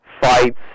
fights